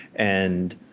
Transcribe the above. and